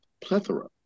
plethora